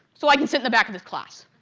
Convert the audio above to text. so i could sit in the back of this class.